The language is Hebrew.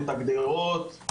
את הגדרות,